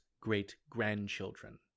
great-grandchildren